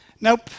nope